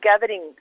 gathering